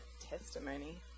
testimony